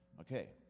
Okay